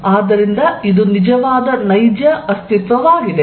ಆದ್ದರಿಂದ ಇದು ನಿಜವಾದ ನೈಜ ಅಸ್ತಿತ್ವವಾಗಿದೆ